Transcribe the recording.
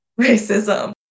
racism